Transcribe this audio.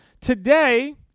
today